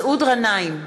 מסעוד גנאים,